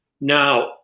Now